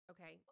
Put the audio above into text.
Okay